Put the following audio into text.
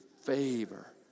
Favor